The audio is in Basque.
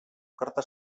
karta